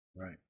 Right